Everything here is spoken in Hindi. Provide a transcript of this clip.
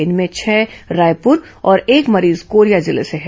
इनमें छह रायपुर और एक मरीज कोरिया जिले से हैं